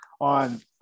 on